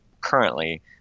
currently